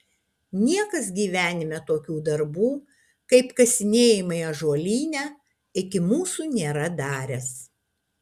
niekas gyvenime tokių darbų kaip kasinėjimai ąžuolyne iki mūsų nėra daręs